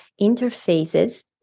interfaces